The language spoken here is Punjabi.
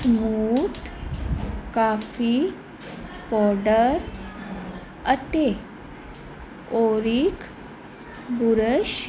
ਸਮੂਥ ਕਾਫੀ ਪੋਡਰ ਅਤੇ ਔਰਿਕ ਬੁਰਸ਼